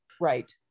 Right